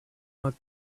not